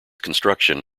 construction